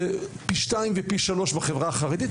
הן פי שתיים או שלוש בחברה החרדית,